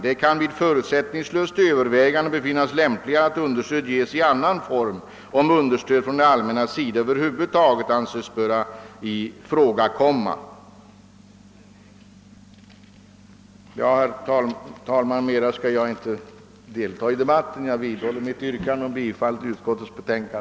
Det kan vid förutsättningslöst övervägande = befinnas lämpligare att understöd ges i annan form, om understöd från det allmännas sida över huvud taget anses böra ifrågakomma.» Herr talman! Mer skall jag inte delta i debatten. Jag vidhåller mitt yrkande om bifall till utskottets hemställan.